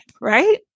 right